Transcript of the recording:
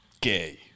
gay